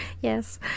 Yes